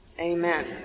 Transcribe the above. amen